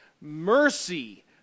mercy